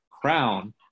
crown